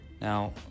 Now